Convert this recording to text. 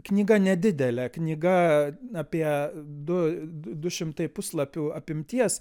knyga nedidelė knyga apie du du šimtai puslapių apimties